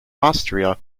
austria